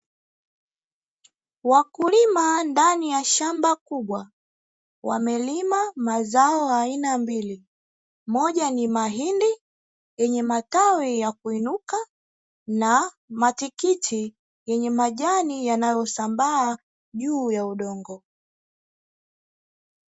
Wakulima ndani ya shamba kubwa wamelima mazao aina mbili, moja ni mahindi yenye matawi ya kuinuka na matikiti yenye majani yanayosambaa juu ya udongo.